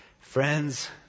Friends